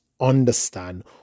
understand